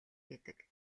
гэдэг